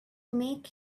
make